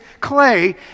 clay